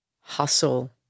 hustle